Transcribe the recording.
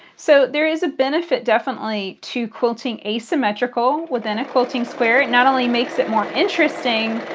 so there is a benefit definitely to quilting asymmetrical within a quilting square. it not only makes it more interesting,